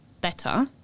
better